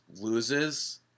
loses